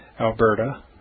Alberta